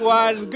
one